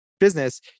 business